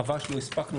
חבל שלא הספקנו,